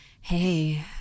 Hey